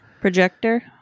projector